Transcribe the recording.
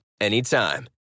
anytime